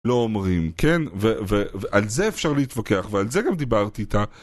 לא אומרים כן ועל זה אפשר להתווכח ועל זה גם דיברתי איתה